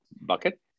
bucket